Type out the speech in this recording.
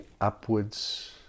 upwards